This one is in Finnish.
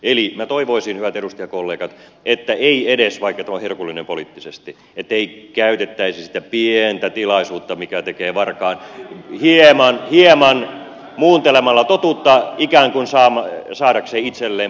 eli minä toivoisin hyvät edustajakollegat että ei edes vaikka tämä on herkullinen poliittisesti käytettäisi sitä pientä tilaisuutta mikä tekee varkaan hieman muuntelemalla totuutta ikään kuin saadakseen itselleen poliittista etua